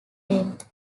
depth